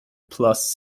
plus